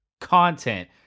content